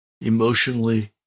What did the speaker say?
emotionally